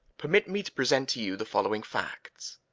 permit me to present to you the following facts,